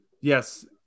Yes